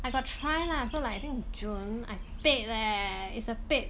I got try lah so like I think june I paid leh is a paid